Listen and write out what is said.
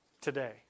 Today